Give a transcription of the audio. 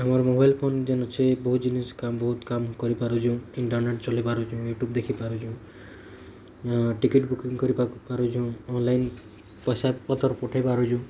ଆମର୍ mobile phone ଯେନ୍ ଅଛି ବହୁତ ଜିନିଷ୍ କେ ଆମ୍ ବହୁତ କାମ୍ କରି ପାରୁଛି ଇଣ୍ଟରନେଟ୍ ଚଲେଇ ପାରୁଛୁ ୟୁଟ୍ୟୁବ୍ ଦେଖି ପାରୁଛୁ ଟିକେଟ୍ ବୁକିଙ୍ଗ୍ କରି ପାରୁଛୁ ଅନଲାଇନ୍ ପଇସା ପତର୍ ପଠେଇ ପାରୁଛୁ